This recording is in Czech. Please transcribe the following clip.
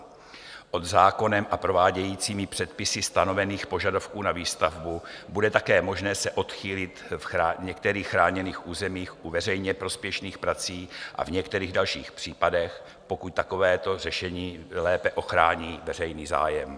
Pod zákonem a prováděcími předpisy stanovených požadavků na výstavbu bude také možné se odchýlit v některých chráněných územích u veřejně prospěšných prací a v některých dalších případech, pokud takovéto řešení lépe ochrání veřejný zájem.